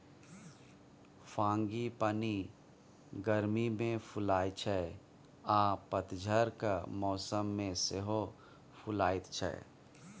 frangipani गर्मी मे फुलाइ छै आ पतझरक मौसम मे सेहो फुलाएत छै